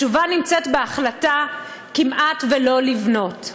התשובה נמצאת בהחלטה: כמעט שלא לבנות.